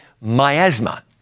miasma